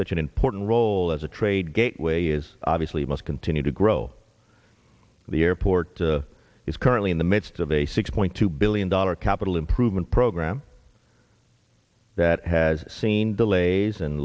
such an important role as a trade gateway is obviously must continue to grow the airport is currently in the midst of a six point two billion dollar capital improvement program that has seen delays and